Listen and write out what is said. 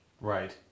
Right